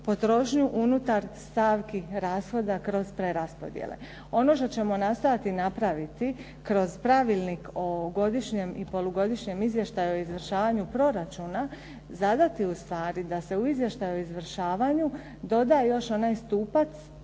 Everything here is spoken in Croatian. potrošnju unutar stavki rashoda kroz preraspodjele. Ono što ćemo nastojati napraviti kroz Pravilnik o godišnjem i polugodišnjem izvještaju o izvršavanju proračuna, zadati ustvari da se u izvještaju o izvršavanju doda još onaj stupac